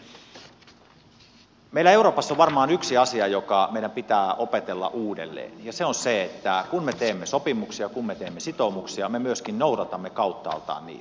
mutta puhemies meillä euroopassa on varmaan yksi asia joka meidän pitää opetella uudelleen ja se on se että kun me teemme sopimuksia kun me teemme sitoumuksia me myöskin noudatamme kauttaaltaan niitä